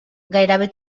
gairebé